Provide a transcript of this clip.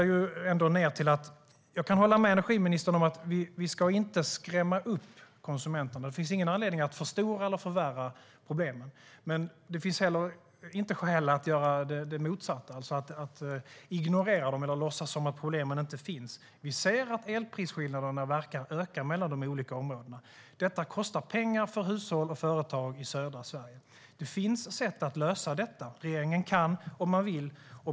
Jag kan hålla med energiministern om att vi inte ska skrämma upp konsumenterna. Det finns ingen anledning att förstora eller förvärra problemen. Men det finns heller inte skäl att göra det motsatta, det vill säga att ignorera dem eller låtsas som om problemen inte finns. Vi ser att elprisskillnaderna mellan de olika områdena verkar öka. Det kostar pengar för hushåll och företag i södra Sverige. Det finns sätt att lösa detta. Regeringen kan - om man vill.